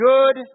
Good